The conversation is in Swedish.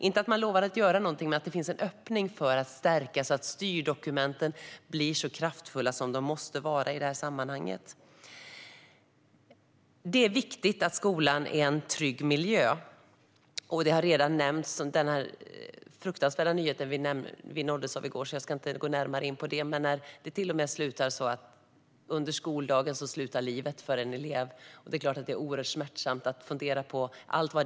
Man lovar inte att göra någonting, men det finns en öppning för att stärka det hela så att styrdokumenten blir så kraftfulla som de måste vara i detta sammanhang. Det är viktigt att skolan är en trygg miljö. Den fruktansvärda nyhet vi nåddes av i går har redan nämnts här, så jag ska inte gå närmare in på detta. Det är klart att det är oerhört smärtsamt att fundera på allt som det innebär när det till och med blir så att en elevs liv tar slut under skoldagen.